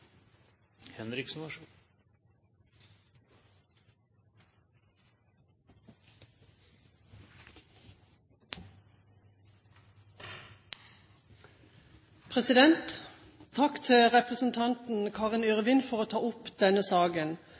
Karin Yrvin for å ta opp denne saken.